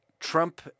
Trump